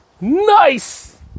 Nice